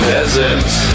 Peasants